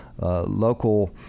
local